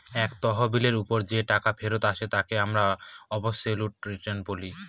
এক তহবিলের ওপর যে টাকা ফেরত আসে তাকে আমরা অবসোলুট রিটার্ন বলি